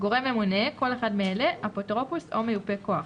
"גורם ממונה" כל אחד מאלה: אפוטרופוס או מיופה כוח,